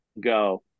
go